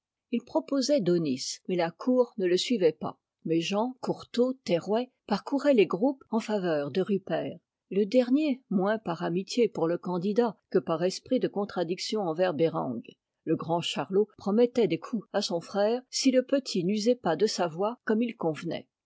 il proposait daunis mais la cour ne le suivait pas méjean courtot terrouet parcouraient les groupes en faveur de rupert le dernier moins par amitié pour le candidat que par esprit de contradiction envers bereng le grand charlot promettait des coups à son frère si le petit n'usait pas de sa voix comme il convenait